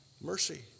Mercy